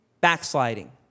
backsliding